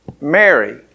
Mary